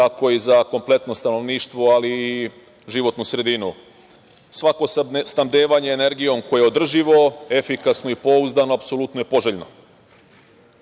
tako i za kompletno stanovništvo, ali i životnu sredinu. Svako snabdevanje energijom koje je održivo, efikasno i pouzdano apsolutno je poželjno. Ovim